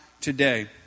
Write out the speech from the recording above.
today